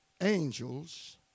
angels